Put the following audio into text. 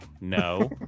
no